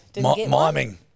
Miming